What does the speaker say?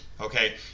Okay